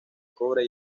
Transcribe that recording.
cobre